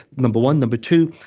number one. number two,